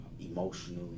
emotionally